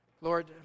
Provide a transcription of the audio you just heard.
Lord